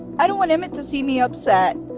i don't want him and to see me upset.